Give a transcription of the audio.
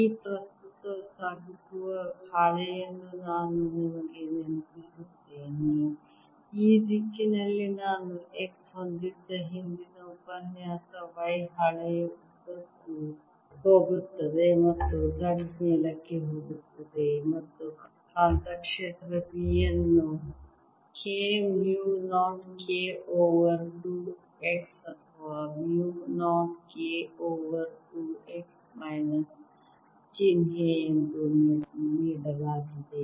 ಈ ಪ್ರಸ್ತುತ ಸಾಗಿಸುವ ಹಾಳೆಯನ್ನು ನಾನು ನಿಮಗೆ ನೆನಪಿಸುತ್ತೇನೆ ಈ ದಿಕ್ಕಿನಲ್ಲಿ ನಾನು x ಹೊಂದಿದ್ದ ಹಿಂದಿನ ಉಪನ್ಯಾಸ y ಹಾಳೆಯ ಉದ್ದಕ್ಕೂ ಹೋಗುತ್ತದೆ ಮತ್ತು z ಮೇಲಕ್ಕೆ ಹೋಗುತ್ತದೆ ಮತ್ತು ಕಾಂತಕ್ಷೇತ್ರ B ಯನ್ನ K mu 0 K over 2 x ಅಥವಾ mu 0 K over 2 x minus ಚಿಹ್ನೆಎಂದು ನೀಡಲಾಗಿದೆ